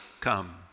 come